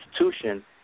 institution